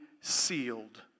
sealed